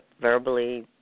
verbally